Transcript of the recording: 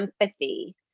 empathy